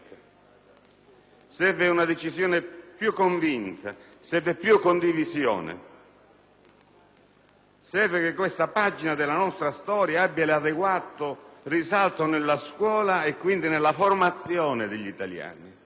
Serve una decisione più convinta, serve più condivisione, serve che questa pagina della nostra storia abbia l'adeguato risalto nella scuola e quindi nella formazione degli italiani.